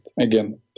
Again